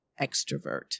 extrovert